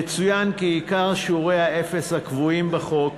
יצוין כי עיקר שיעורי האפס הקבועים בחוק